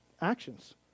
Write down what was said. actions